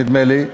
נדמה לי,